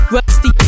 Rusty